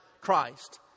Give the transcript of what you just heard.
Christ